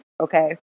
Okay